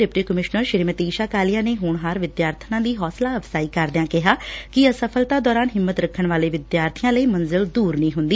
deputy commissioner Shrimati Isha Kalia ਨੇ ਹੋਣਹਾਰ ਵਿਦਿਆਰਬਣਾਂ ਦੀ ਹੌਂਸਲਾ ਅਫ਼ਜਾਈ ਕਰਦਿਆਂ ਕਿਹਾ ਕਿ ਅਸਫ਼ਲਤਾ ਦੌਰਾਨ ਹਿੰਮਤ ਰੱਖਣ ਵਾਲੇ ਵਿਦਿਆਬੀਆਂ ਲਈ ਮੰਜਿਲ ਦੁਰ ਨਹੀਂ ਹੁੰਦੀ